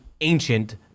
ancient